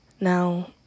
Now